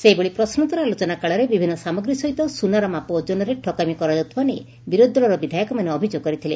ସେହିଭଳି ପ୍ରଶ୍ନୋତ୍ତର ଆଲୋଚନା କାଳରେ ବିଭିନ୍ନ ସାମଗ୍ରୀ ସହିତ ସ୍ବନାର ମାପ ଓଜନରେ ଠକାମୀ କରାଯାଉଥିବା ନେଇ ବିରୋଧୀ ଦଳର ବିଧାୟକମାନେ ଅଭିଯୋଗ କରିଥିଲେ